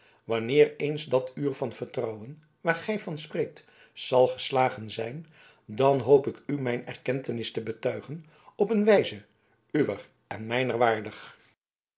wanneer eens dat uur van vertrouwen waar gij van spreekt zal geslagen zijn dan hoop ik u mijn erkentenis te betuigen op een wijze uwer en mijner waardig